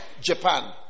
Japan